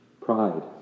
Pride